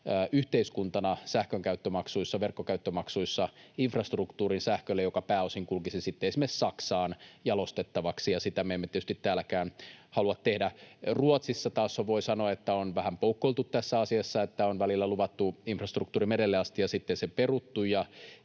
yhteiskuntana sähkönkäyttömaksuissa, verkkokäyttömaksuissa infrastruktuurin sähkölle, joka pääosin kulkisi sitten esimerkiksi Saksaan jalostettavaksi, ja sitä me emme tietysti täälläkään halua tehdä. Ruotsissa taas on, voi sanoa, vähän poukkoiltu tässä asiassa. On välillä luvattu infrastruktuuri merelle asti ja sitten se peruttu,